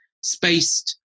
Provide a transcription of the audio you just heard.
spaced